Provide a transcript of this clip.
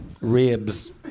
Ribs